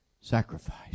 Sacrifice